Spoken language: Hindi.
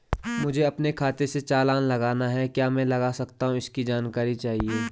मुझे अपने खाते से चालान लगाना है क्या मैं लगा सकता हूँ इसकी जानकारी चाहिए?